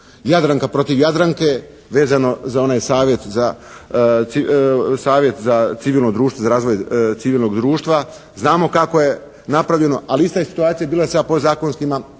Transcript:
Jadranka protiv Jadranke vezano za onaj savjet za civilno društvo, za razvoj civilnog društva. Znamo kako je napravljeno, ali ista je situacija bila sa podzakonskima propisima